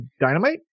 Dynamite